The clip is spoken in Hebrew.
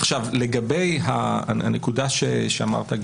לגבי הנקודה שאמרת,